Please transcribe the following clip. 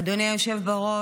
אדוני היושב בראש,